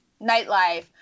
nightlife